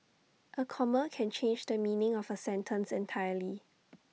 A comma can change the meaning of A sentence entirely